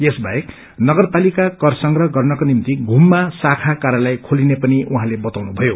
यबाहेक नगरपालिका कर संग्रह गर्नको निभ्ति घूममा शाखा कार्यालय खोलिने पनि उहाँले बताउनुभयो